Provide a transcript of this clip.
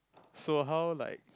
so how like